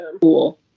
cool